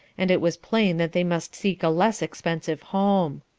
and it was plain that they must seek a less expensive home.